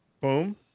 boom